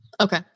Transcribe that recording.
Okay